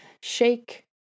shake